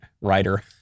writer